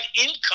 income